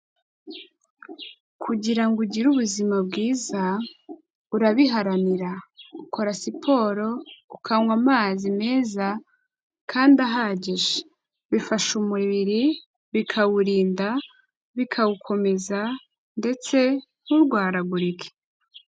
Kugira ngo ugire ubuzima bwiza urabiharanira, ukora siporo, ukanywa amazi meza kandi ahagije, bifasha umubiri, bikawurinda, bikawukomeza ndetse nturwaragurike.